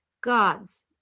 God's